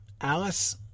Alice